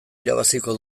irabaziko